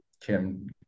Kim